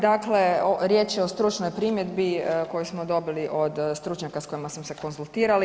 Dakle, riječ je o stručnoj primjedbi koju smo dobili od stručnjaka s kojima smo se konzultirali.